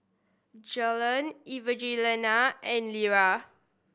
Jalen Evangelina and Lera